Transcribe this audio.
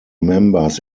members